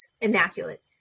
immaculate